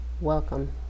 Welcome